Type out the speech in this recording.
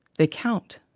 they count.